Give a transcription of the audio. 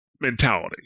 mentality